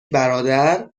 برادر